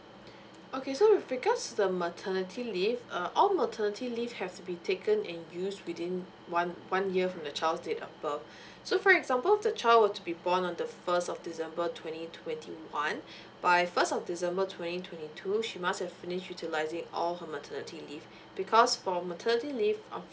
okay so with regards to the maternity leave uh all maternity leave has to be taken and used within one one year from your child's date of birth so for example the child were to be born on the first of december twenty twenty one by first of december twenty twenty two she must have finish utilizing all her maternity leave because for maternity leave